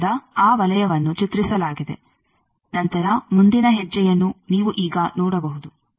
ಆದ್ದರಿಂದ ಆ ವಲಯವನ್ನು ಚಿತ್ರಿಸಲಾಗಿದೆ ನಂತರ ಮುಂದಿನ ಹೆಜ್ಜೆಯನ್ನು ನೀವು ಈಗ ನೋಡಬಹುದು